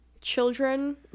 children